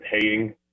paying